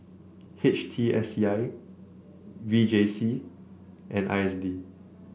H T S C I V J C and I S D